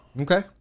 Okay